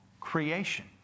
creation